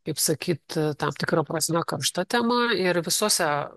kaip sakyt tam tikra prasme karšta tema ir visose